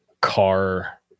car